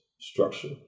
structure